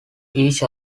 each